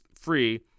free –